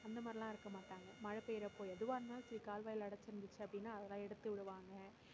அந்தமாதிரிலாம் இருக்க மாட்டாங்க மழை பெய்கிறப்போ எதுவாக இருந்தாலும் சரி கால்வாயில் அடைச்சிருந்துச்சி அப்படினா அதல்லாம் எடுத்து விடுவாங்க